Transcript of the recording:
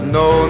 no